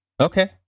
okay